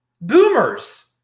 boomers